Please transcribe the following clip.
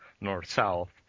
north-south